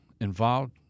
involved